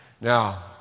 Now